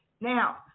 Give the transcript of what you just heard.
Now